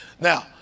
Now